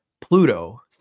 Pluto